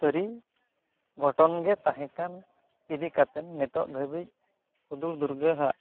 ᱥᱟᱹᱨᱤ ᱜᱷᱚᱴᱚᱱ ᱜᱮ ᱛᱟᱦᱮᱸ ᱠᱟᱱ ᱤᱫᱤ ᱠᱟᱛᱮᱫ ᱱᱤᱛᱚᱜ ᱫᱷᱟᱹᱵᱤᱡ ᱦᱩᱫᱩᱲ ᱫᱩᱨᱜᱟᱹ ᱟᱜ